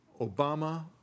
Obama